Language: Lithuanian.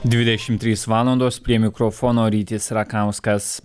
dvidešimt trys valandos prie mikrofono rytis rakauskas